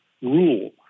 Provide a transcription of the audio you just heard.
rule